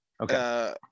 Okay